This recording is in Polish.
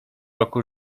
roku